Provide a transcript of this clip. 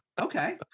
okay